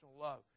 love